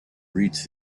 reach